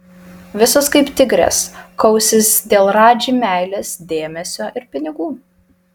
visos kaip tigrės kausis dėl radži meilės dėmesio ir pinigų